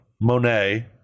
Monet